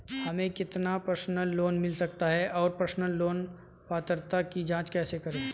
हमें कितना personal loan मिल सकता है और पर्सनल लोन पात्रता की जांच कैसे करें?